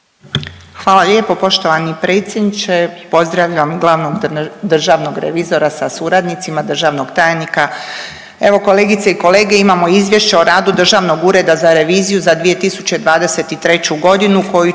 Hvala lijepo poštovani predsjedniče. Pozdravljam glavnog državnog revizora sa suradnicima, državnog tajnika. Evo kolegice i kolege, imamo Izvješće o radu Državnog ureda za reviziju za 2023.g.